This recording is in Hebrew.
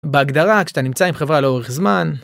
בהגדרה, כשאתה נמצא עם חברה לאורך זמן...